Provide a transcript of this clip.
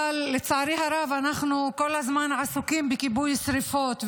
אבל לצערי הרב אנחנו כל הזמן עסוקים בכיבוי שרפות.